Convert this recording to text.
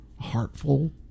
heartful